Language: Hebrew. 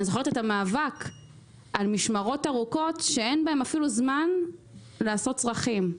אני זוכרת את המאבק על משמרות ארוכות שאין בהן זמן אפילו לעשות צרכים,